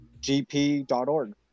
gp.org